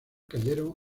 cayeron